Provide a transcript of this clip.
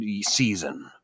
season